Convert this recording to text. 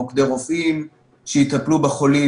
מוקדי רופאים שיטפלו בחולים,